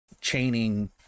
chaining